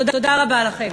תודה רבה לכם.